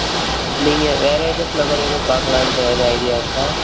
ம் நீங்கள் வேறு எதுவும் ஃப்ளவரு எதுவும் பார்க்கலான்ட்டு ஏதாவது ஐடியா இருக்கா